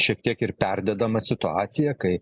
šiek tiek ir perdedama situacija kai